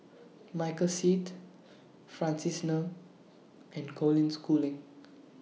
Michael Seet Francis Ng and Colin Schooling